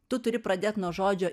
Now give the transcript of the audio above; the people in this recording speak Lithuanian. tu turi pradėt nuo žodžio